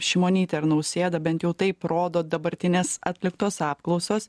šimonytę ir nausėdą bent jau taip rodo dabartinės atliktos apklausos